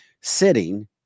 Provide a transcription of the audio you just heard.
sitting